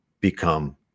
become